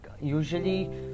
usually